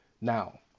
Now